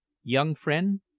young friend,